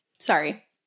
Sorry